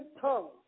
tongues